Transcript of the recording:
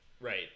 Right